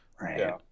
Right